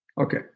Okay